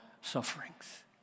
sufferings